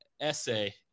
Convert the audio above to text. essay